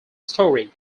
story